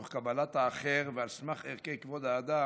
תוך קבלת האחר ועל סמך ערכי כבוד האדם,